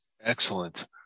Excellent